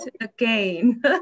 again